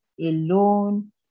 alone